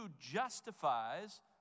justifies